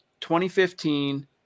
2015